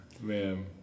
man